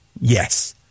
yes